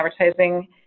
Advertising